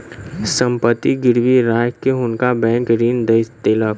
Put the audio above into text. संपत्ति गिरवी राइख के हुनका बैंक ऋण दय देलक